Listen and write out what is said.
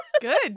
Good